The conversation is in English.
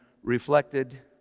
reflected